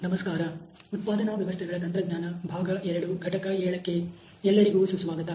ನಮಸ್ಕಾರ ಉತ್ಪಾದನಾ ವ್ಯವಸ್ಥೆಗಳ ತಂತ್ರಜ್ಞಾನ ಭಾಗ ಎರಡು ಘಟಕ ಏಳಕ್ಕೆ ಎಲ್ಲರಿಗೂ ಸುಸ್ವಾಗತ